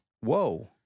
Whoa